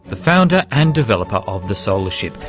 the founder and developer of the solar ship,